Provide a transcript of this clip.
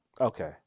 Okay